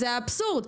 זה האבסורד.